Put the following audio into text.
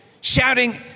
shouting